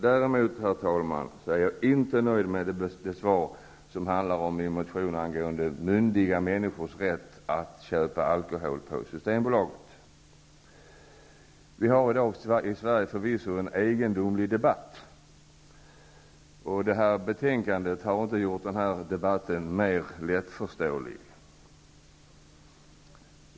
Däremot, herr talman, är jag inte nöjd med det svar som gäller min motion angående myndiga människors rätt att köpa alkohol på Systembolaget. Det förs i dag i Sverige en egendomlig debatt, och detta betänkande har inte gjort debatten mer lättförståelig.